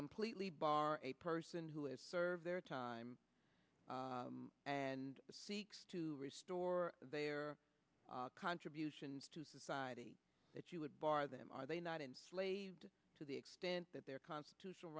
completely bar person who has served their time and seeks to restore their contributions to society that you would bar them are they not enslaved to the extent that their constitutional